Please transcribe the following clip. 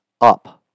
up